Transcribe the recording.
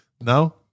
No